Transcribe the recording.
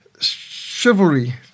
chivalry